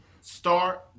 Start